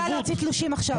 אני יכולה להוציא תלושים עכשיו.